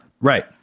Right